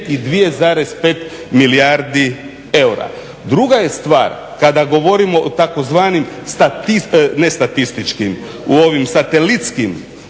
i 2,5 milijardi eura. Druga je stvar kada govorimo o tzv. satelitskim prihodima ili satelitskom